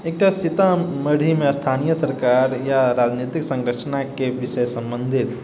एकटा सीतामढ़ीमे स्थानीय सरकार या राजनैतिक सङ्गठनके विषय सम्बन्धित